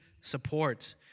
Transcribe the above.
support